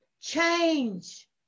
Change